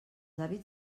hàbits